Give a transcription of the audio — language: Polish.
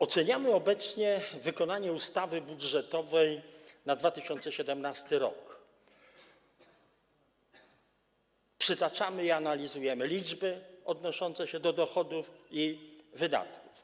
Oceniamy obecnie wykonanie ustawy budżetowej na 2017 r., przytaczamy i analizujemy liczby odnoszące się do dochodów i wydatków.